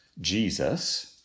Jesus